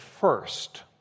First